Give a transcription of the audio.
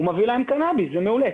הוא מביא להם קנאביס וזה מעולה.